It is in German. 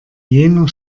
jener